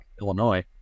Illinois